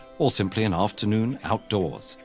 or simply an afternoon outdoors.